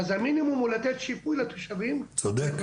אז, המינימום הוא לתת שיפוי לתושבים --- צודק.